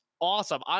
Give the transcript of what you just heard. awesome